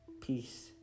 peace